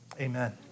Amen